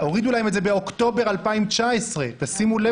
הורידו להם את זה באוקטובר 2019, תשימו לב.